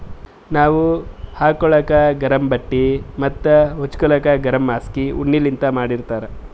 ನಾವ್ ಹಾಕೋಳಕ್ ಗರಮ್ ಬಟ್ಟಿ ಮತ್ತ್ ಹಚ್ಗೋಲಕ್ ಗರಮ್ ಹಾಸ್ಗಿ ಉಣ್ಣಿಲಿಂತ್ ಮಾಡಿರ್ತರ್